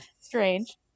strange